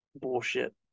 bullshit